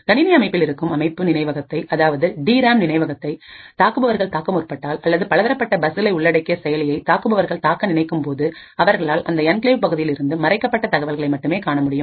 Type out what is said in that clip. கணினி அமைப்பில் இருக்கும் அமைப்பு நினைவகத்தை அதாவது டி ராம் நினைவகத்தை தாக்குபவர்கள் தாக்க முற்பட்டால் அல்லது பலதரப்பட்ட பஸ்களை உள்ளடக்கிய செயலியை தாக்குபவர்கள் தாக்க நினைக்கும் போது அவர்களால் அந்த என்கிளேவ் பகுதியிலிருந்து மறைக்கப்பட்ட தகவல்களை மட்டுமே காணமுடியும்